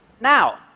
Now